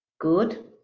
good